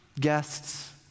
guests